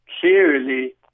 clearly